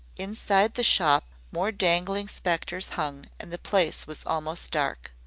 inside the shop more dangling spectres hung and the place was almost dark.